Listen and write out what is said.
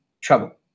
trouble